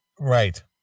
Right